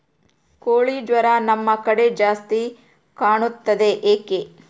ಕೋಳಿ ಜ್ವರ ನಮ್ಮ ಕಡೆ ಜಾಸ್ತಿ ಕಾಣುತ್ತದೆ ಏಕೆ?